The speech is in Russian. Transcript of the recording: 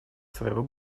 своего